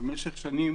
במשך שנים